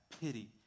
pity